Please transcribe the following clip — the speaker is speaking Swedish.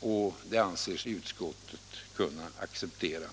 och det anser sig utskottet kunna acceptera.